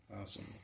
awesome